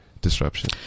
disruption